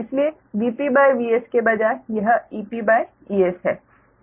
इसलिए VP Vs के बजाय यह EP Es है